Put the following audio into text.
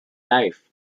life